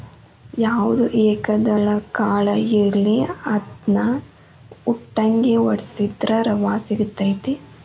ಯಾವ್ದ ಏಕದಳ ಕಾಳ ಇರ್ಲಿ ಅದ್ನಾ ಉಟ್ಟಂಗೆ ವಡ್ಸಿದ್ರ ರವಾ ಸಿಗತೈತಿ